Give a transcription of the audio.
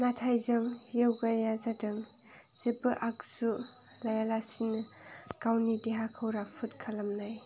नाथाय जों य'गाया जादों जेबो आगजु लाया लासिनो गावनि देहाखौ राफोद खालामनाय